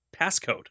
passcode